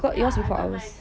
ya I got mine